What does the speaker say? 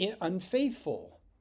unfaithful